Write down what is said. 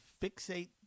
fixate